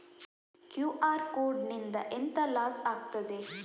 QR code ನಿಂದ ಎಂತ loss ಆಗ್ತದೆ?